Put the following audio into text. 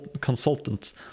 Consultants